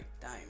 time